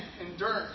endurance